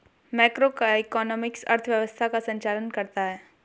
macroeconomics अर्थव्यवस्था का संचालन करता है